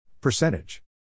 Percentage